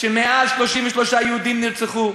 כשיותר מ-33 יהודים נרצחו?